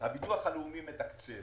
הייתי שר הרווחה, הביטוח הלאומי מתקצב